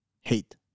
hate